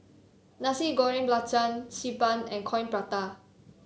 Nasi Goreng Belacan Xi Ban and Coin Prata